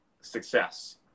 success